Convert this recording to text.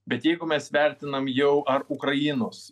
bet jeigu mes vertinam jau ar ukrainos